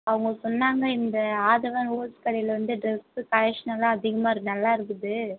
அவங்க சொன்னாங்க இந்த ஆதவன் ஹோல்ஸ் கடையில் வந்து ட்ரெஸ் கலெக்ஷனெல்லாம் அதிகமாக இருக்குது நல்லா இருக்குது